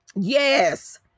yes